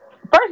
first